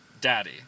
Daddy